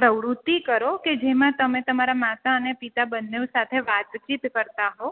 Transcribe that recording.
પ્રવૃત્તિ કરો કે જેમાં તમે તમારા માતા અને પિતા બંને સાથે વાતચીત કરતાં રહો